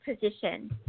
position